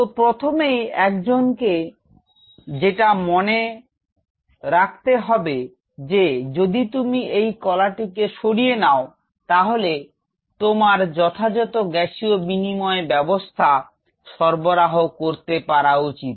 তো প্রথমেই একজনকে যেটা মনে রাখতে হবে যে যদি তুমি এই কলাটিকে সরিয়ে নাও তাহলে তোমার যথাযথ গ্যাসীয় বিনিময় ব্যাবস্থা সরবরাহ করতে পারা উচিত